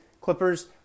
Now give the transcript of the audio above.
Clippers